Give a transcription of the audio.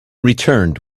returned